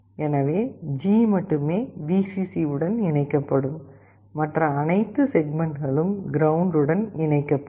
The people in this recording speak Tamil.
எனவே G மட்டுமே Vcc உடன் இணைக்கப்படும் மற்றும் மற்ற அனைத்து செக்மெண்ட்களும் கிரவுண்ட் உடன் இணைக்கப்படும்